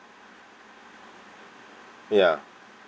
ya